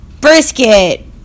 brisket